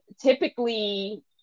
typically